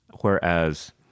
Whereas